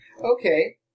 Okay